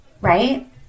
right